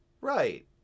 Right